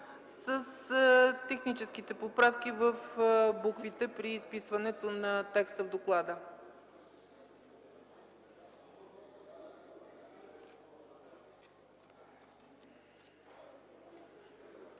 с техническите поправки в буквите при изписването на текста в доклада.